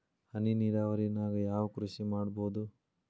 ಹನಿ ನೇರಾವರಿ ನಾಗ್ ಯಾವ್ ಕೃಷಿ ಮಾಡ್ಬೋದು?